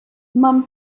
mám